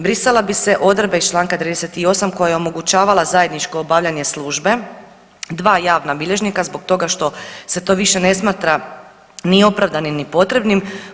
Brisala bi se odredba iz čl. 38. koja je omogućavala zajedničko obavljanje službe dva javna bilježnika zbog toga što se to više ne smatra ni opravdanim ni potrebnim.